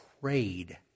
prayed